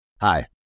Hi